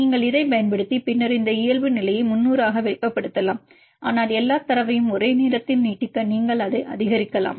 நீங்கள் இதைப் பயன்படுத்தி பின்னர் இந்த இயல்புநிலையை 300 ஆக வெப்பப்படுத்தலாம் ஆனால் எல்லா தரவையும் ஒரே நேரத்தில் நீட்டிக்க நீங்கள் அதை அதிகரிக்கலாம்